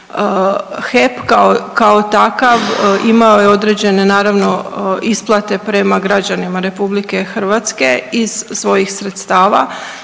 HEP kao takav imao je određene, naravno, isplate prema građanima RH iz svojih sredstava,